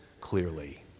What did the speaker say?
clearly